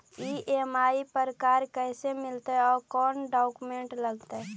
EMI पर car कैसे मिलतै औ कोन डाउकमेंट लगतै?